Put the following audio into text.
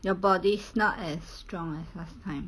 your body's not as strong as last time